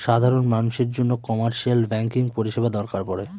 সাধারন মানুষের জন্য কমার্শিয়াল ব্যাঙ্কিং পরিষেবা দরকার পরে